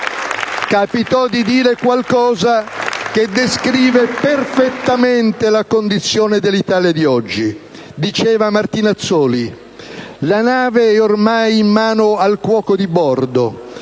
capitò di dire qualcosa che descrive perfettamente la condizione dell'Italia di oggi. Diceva Martinazzoli: «La nave è ormai in mano al cuoco di bordo